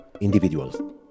individuals